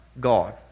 god